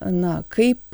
na kaip